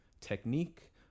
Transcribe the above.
technique